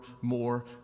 more